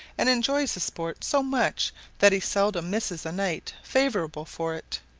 and enjoys the sport so much that he seldom misses a night favourable for it.